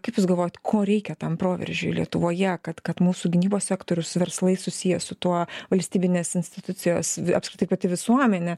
kaip jūs galvojat ko reikia tam proveržiui lietuvoje kad kad mūsų gynybos sektorius verslai susiję su tuo valstybinės institucijos apskritai pati visuomenė